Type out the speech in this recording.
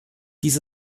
dies